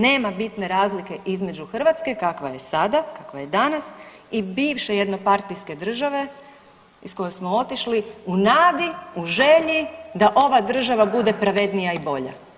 Nema bitne razlike između Hrvatske kakva je sada, kakva je danas i bivše jednopartijske države iz koje smo otišli u nadi, u želji da ova država bude pravednija i bolja.